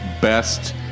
best